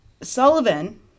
Sullivan